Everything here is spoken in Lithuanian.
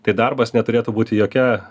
tai darbas neturėtų būti jokia